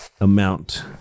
amount